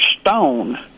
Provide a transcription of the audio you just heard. stone